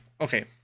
Okay